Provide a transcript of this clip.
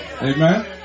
Amen